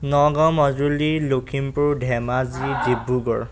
Nagaon Majuli Lakhimpur Dhemaji Dibrugarh